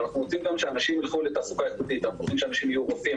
אבל אנחנו רוצים שאנשים ילכו לתעסוקה איכותית שיהיו רופאים,